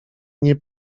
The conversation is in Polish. nie